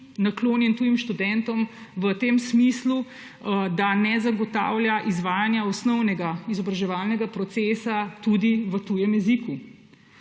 naklonjen tujim študentom v tem smislu, da ne zagotavlja izvajanja osnovnega izobraževalnega procesa tudi v tujem jeziku.